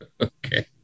Okay